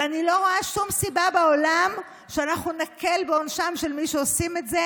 ואני לא רואה שום סיבה בעולם שאנחנו נקל בעונשם של מי שעושים את זה